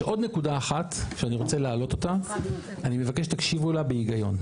יש עוד נקודה אחת שאני רוצה להעלות אותה ואני מבקש שתקשיבו לה בהיגיון.